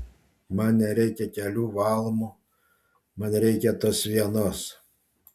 man nereikia kelių valmų man reikia tos vienos